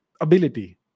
ability